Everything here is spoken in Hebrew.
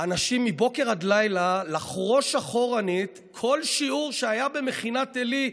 אנשים מבוקר עד לילה לחרוש אחורנית כל שיעור שהיה במכינת עלי,